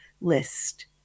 list